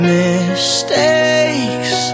mistakes